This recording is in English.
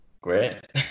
Great